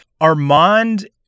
Armand